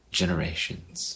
generations